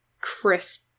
crisp